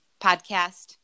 podcast